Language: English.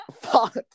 fuck